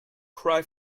cry